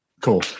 Cool